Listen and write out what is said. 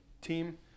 team